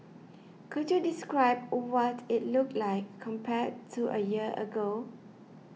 could you describe what it looked like compared to a year ago